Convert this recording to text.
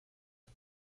eux